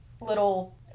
little